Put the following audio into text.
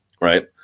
right